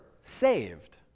saved